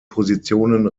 positionen